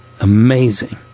Amazing